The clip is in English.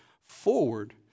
forward